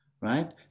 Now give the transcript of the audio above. right